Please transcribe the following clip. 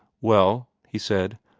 well, he said,